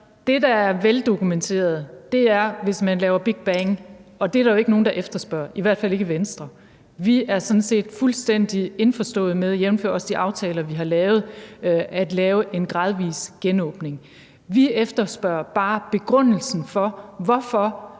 det, der er veldokumenteret, er, at det er sådan, hvis man laver big bang, og det er der jo ikke nogen der efterspørger, i hvert fald ikke i Venstre. Vi er sådan set fuldstændig indforstået med, jævnfør også de aftaler, vi har lavet, at lave en gradvis genåbning. Vi efterspørger bare begrundelsen for, at